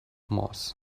mass